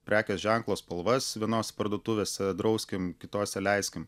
prekės ženklo spalvas vienose parduotuvėse drauskim kitose leiskim